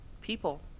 people